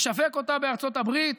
הוא משווק אותה בארצות הברית,